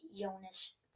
Jonas